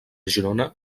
girona